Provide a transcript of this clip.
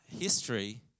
history